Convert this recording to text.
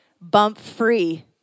bump-free